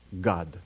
God